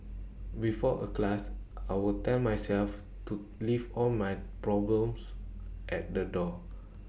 before A class I will tell myself to leave all my problems at the door